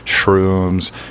shrooms